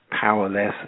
powerless